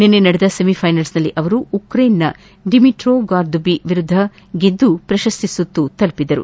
ನಿನ್ನೆ ನಡೆದ ಸೆಮಿಫೈನಲ್ಗ್ನಲ್ಲಿ ಅವರು ಉಕ್ರೇನ್ನ ಡಿಮಿಟ್ರೊ ಗಾರ್ದುಬಿ ವಿರುದ್ದ ಗೆದ್ದು ಪ್ರಶಸ್ತಿ ಸುತ್ತು ತಲುಪಿದರು